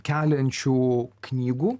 keliančių knygų